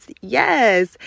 Yes